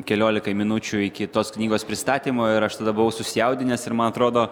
keliolikai minučių iki tos knygos pristatymo ir aš tada buvau susijaudinęs ir man atrodo